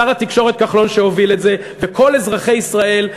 שר התקשורת כחלון שהוביל את זה וכל אזרחי ישראל,